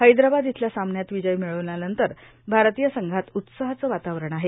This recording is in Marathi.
हैद्राबाद इथल्या सामन्यात विजय मिळवल्यानंतर आरतीय संघात उत्साहाचं वातावरण आहे